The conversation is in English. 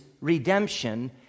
redemption